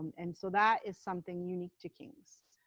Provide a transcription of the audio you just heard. and so that is something unique to king's,